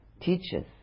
teaches